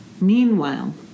Meanwhile